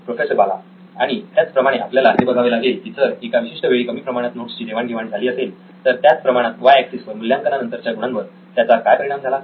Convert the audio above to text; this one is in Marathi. प्रोफेसर बाला आणि त्याच प्रमाणे आपल्याला हे बघावे लागेल की जर एका विशिष्ट वेळी कमी प्रमाणात नोट्स ची देवाण घेवाण झाली असेल तर त्याच प्रमाणात वाय एक्सिस वर मूल्यांकनानंतरच्या गुणांवर त्याचा काय परिणाम झाला